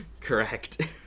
Correct